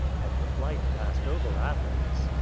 but the flight passed over athens.